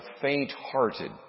faint-hearted